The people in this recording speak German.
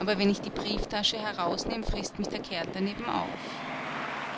aber wenn ich die brieftasche herausnehm frißt mich der kerl daneben auf